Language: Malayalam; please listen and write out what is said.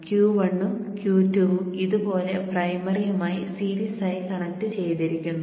Q1 ഉം Q2 ഉം ഇതുപോലുള്ള പ്രൈമറിയുമായി സീരീസ് ആയി കണക്ട് ചെയ്തിരിക്കുന്നു